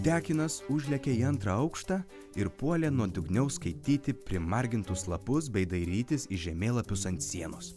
tekinas užlėkė į antrą aukštą ir puolė nuodugniau skaityti primargintus lapus bei dairytis į žemėlapius ant sienos